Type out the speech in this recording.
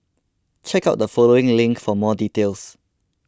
check out the following link for more details